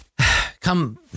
Come